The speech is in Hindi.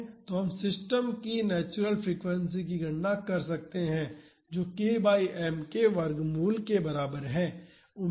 तो हम सिस्टम की नेचुरल फ्रीक्वेंसी की गणना कर सकते हैं जो k बाई m के वर्गमूल के बराबर है